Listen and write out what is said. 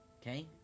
Okay